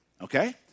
okay